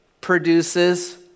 produces